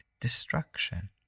destruction